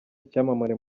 icyamamare